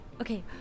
okay